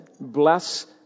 Bless